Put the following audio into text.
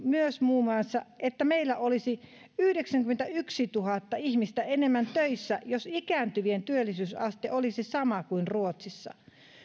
myös muun muassa että meillä olisi yhdeksänkymmentätuhatta ihmistä enemmän töissä jos ikääntyvien työllisyysaste olisi sama kuin ruotsissa